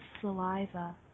saliva